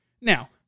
Now